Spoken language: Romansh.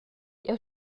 jeu